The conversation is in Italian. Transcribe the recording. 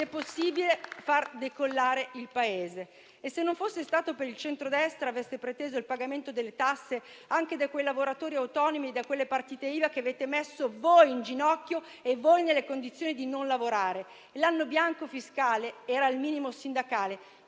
possibile far decollare il Paese. E se non fosse stato per il centrodestra, avreste preteso il pagamento delle tasse anche da quei lavoratori autonomi e da quelle partite IVA che avete messo in ginocchio e nelle condizioni di non lavorare. L'anno bianco fiscale era il minimo sindacale,